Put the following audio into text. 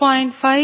7 10